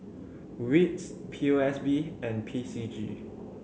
wits P O S B and P C G